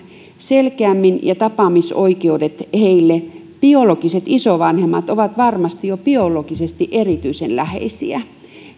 selkeämmin ja tapaamisoikeudet heille biologiset isovanhemmat ovat varmasti jo biologisesti erityisen läheisiä